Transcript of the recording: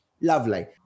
Lovely